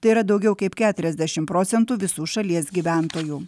tai yra daugiau kaip keturiasdešimt procentų visų šalies gyventojų